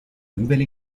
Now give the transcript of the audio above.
nouvelle